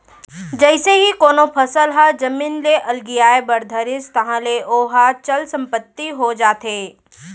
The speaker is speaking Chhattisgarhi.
जइसे ही कोनो फसल ह जमीन ले अलगियाये बर धरिस ताहले ओहा चल संपत्ति हो जाथे